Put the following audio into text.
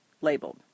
labeled